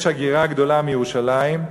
יש הגירה גדולה מירושלים,